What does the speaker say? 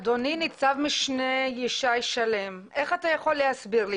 אדוני נצ"מ ישי שלם, איך אתה יכול להסביר לי?